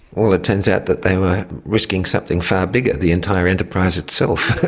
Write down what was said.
well, it turns out that they were risking something far bigger the entire enterprise itself.